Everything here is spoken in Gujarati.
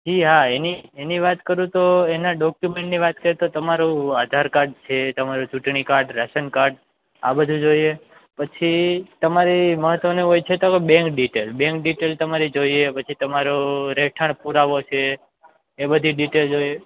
એ હા એની એની વાત કરું તો એના ડોક્યુમેન્ટની વાત કરીએ તો તમારું આધાર કાર્ડ છે તમારું ચૂંટણી કાર્ડ રેશન કાર્ડ આ બધું જોઇએ પછી તમારે મહત્ત્વની હોય છે તો બેંક ડિટેલ બેંક ડિટેલ તમારી જોઈએ પછી તમારો રહેઠાણ પુરાવો છે એ બધી ડિટેલ જોઈએ